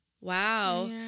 Wow